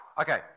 Okay